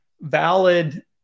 valid